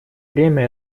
время